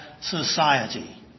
society